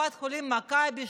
קופת חולים מכבי,